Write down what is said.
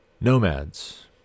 nomads